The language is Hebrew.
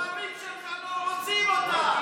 הבוחרים שלך לא רוצים אותה.